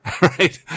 right